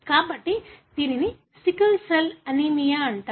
కాబట్టి దీనిని sickle cell anaemia అంటారు